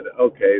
okay